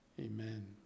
amen